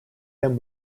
him